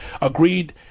agreed